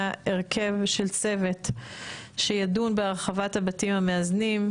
הרכב של צוות שידון בהרחבת הבתים המאזנים.